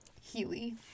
Healy